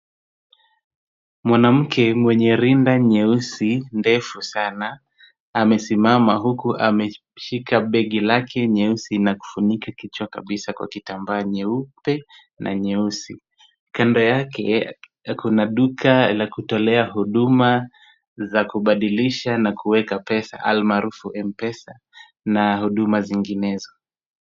Mwanamke mwenye rinda nyeusi ndefu sana amesimama huku ameshika begi lake nyeusi na kufunika kichwa kabisa kwa kitambaa nyeupe na nyeusi. Kando yake kuna duka la kutolea huduma za kubadilisha na kuweka pesa almarufu m-pesa na huduma zinginezo.